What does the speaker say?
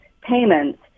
payments